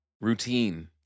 Routine